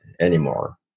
anymore